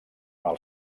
els